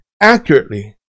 accurately